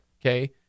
Okay